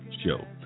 Show